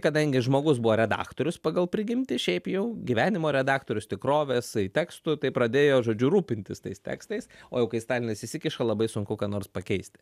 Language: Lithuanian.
kadangi žmogus buvo redaktorius pagal prigimtį šiaip jau gyvenimo redaktorius tikrovės tekstų tai pradėjo žodžiu rūpintis tais tekstais o jau kai stalinas įsikiša labai sunku ką nors pakeisti